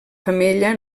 femella